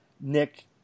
Nick